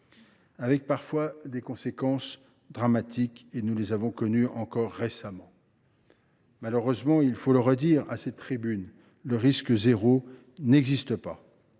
a parfois des conséquences dramatiques, comme celles que nous avons encore connues récemment. Malheureusement, il faut le redire à cette tribune, le risque zéro n’existe pas.